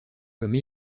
comme